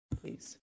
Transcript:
please